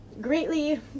greatly